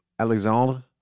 Alexandre